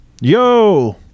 yo